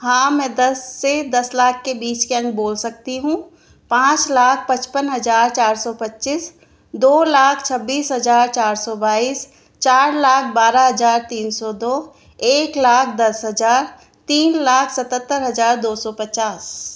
हाँ मैं दस से दस लाख के बीच के एन बोल सकती हूँ पाँच लाख पचपन हज़ार चार सौ पच्चीस दो लाख छब्बीस हज़ार चार सौ बाईस चार लाख बारह हज़ार तीन सौ दो एक लाख दस हज़ार हज़ार तीन लाख सतत्तर हज़ार दो सौ पचास